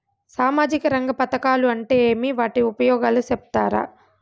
సామాజిక రంగ పథకాలు అంటే ఏమి? వాటి ఉపయోగాలు సెప్తారా?